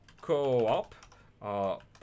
co-op